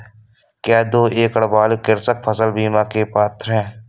क्या दो एकड़ वाले कृषक फसल बीमा के पात्र हैं?